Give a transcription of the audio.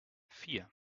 vier